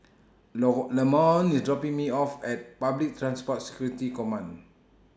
Lamont IS dropping Me off At Public Transport Security Command